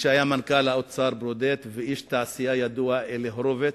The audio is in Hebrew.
מי שהיה מנכ"ל האוצר ברודט ואיש התעשייה הידוע אלי הורביץ.